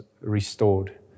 restored